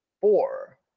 Four